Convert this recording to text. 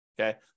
okay